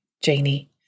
Janie